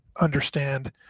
understand